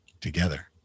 together